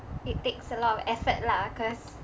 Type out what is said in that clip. it takes a lot of effort lah cause